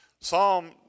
Psalm